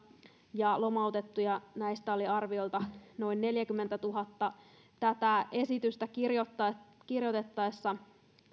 ja lomautettuja näistä oli arviolta noin neljäkymmentätuhatta tätä esitystä kirjoitettaessa